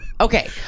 Okay